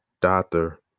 doctor